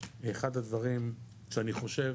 אחד הדברים שאני חושב